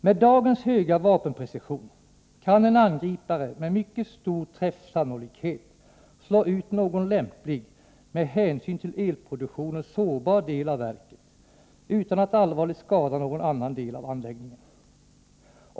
Med dagens höga vapenprecision kan en angripare med mycket stor träffsannolikhet slå ut någon lämplig, med hänsyn till elproduktionen sårbar del av verket, utan att allvarligt skada någon annan del av anläggningen.